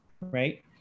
right